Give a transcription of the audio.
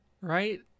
right